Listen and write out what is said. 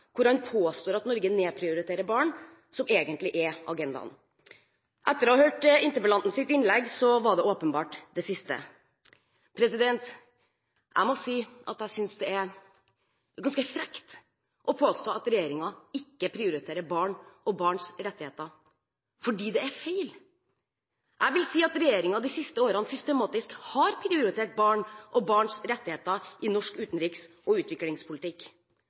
hvor han påstår at Norge nedprioriterer barn, som egentlig er agendaen? Etter å ha hørt interpellantens innlegg var det åpenbart det siste. Jeg synes det er ganske frekt å påstå at regjeringen ikke prioriterer barn og barns rettigheter, fordi det er feil. Jeg vil si at regjeringen de siste årene systematisk har prioritert barn og barns rettigheter i norsk utenriks- og utviklingspolitikk,